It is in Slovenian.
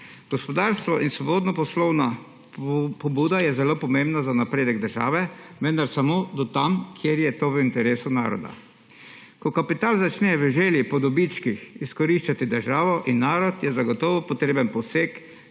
Gospodarstvo in svobodna poslovna pobuda sta zelo pomembna za napredek države, vendar samo do tam, kjer je to v interesu naroda. Ko kapital začne v želji po dobičkih izkoriščati državo in narod, je zagotovo potreben poseg